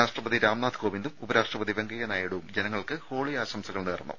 രാഷ്ട്രപതി രാംനാഥ് കോവിന്ദും ഉപരാഷ്ട്രപതി വെങ്കയ്യ നായിഡുവും ജനങ്ങൾക്ക് ഹോളി ആശം സകൾ നേർന്നു